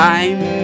Time